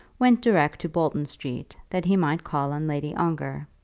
went direct to bolton street, that he might call on lady ongar.